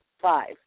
five